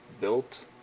built